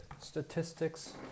statistics